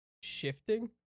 Shifting